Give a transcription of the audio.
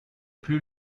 plus